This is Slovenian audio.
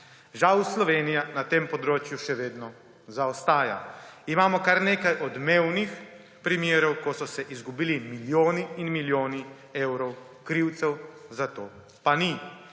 Žal Slovenija na tem področju še vedno zaostaja. Imamo kar nekaj odmevnih primerov, ko so se izgubili milijoni in milijoni evrov, krivcev za to pa ni.